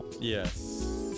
Yes